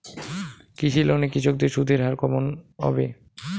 কৃষি লোন এ কৃষকদের সুদের হার কেমন হবে?